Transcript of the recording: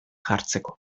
jartzeko